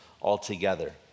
altogether